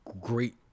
great